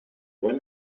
when